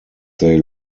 they